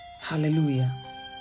Hallelujah